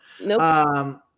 Nope